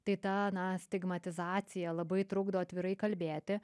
tai ta na stigmatizacija labai trukdo atvirai kalbėti